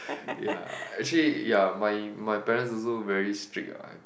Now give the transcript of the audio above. ya actually ya my my parents also very strict ah